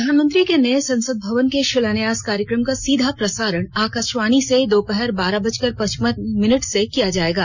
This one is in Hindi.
प्रधानमंत्री के नये संसद भवन के शिलान्यास कार्यक्रम का सीधा प्रसारण आकाशवाणी से दोपहर बारह बजकर पचपन मिनट से किया जायेगा